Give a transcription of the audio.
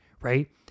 right